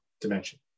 dimension